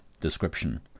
description